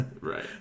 Right